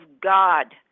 God